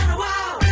wow